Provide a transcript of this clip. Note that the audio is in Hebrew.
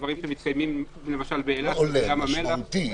דברים שמתקיימים למשל באילת ובים המלח.